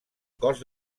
cos